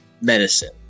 medicine